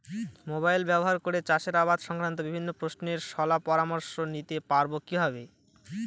Mobile ব্যাবহার করে চাষের আবাদ সংক্রান্ত বিভিন্ন প্রশ্নের শলা পরামর্শ নিতে পারবো কিভাবে?